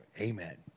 Amen